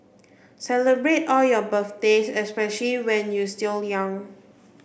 celebrate all your birthdays especially when you still young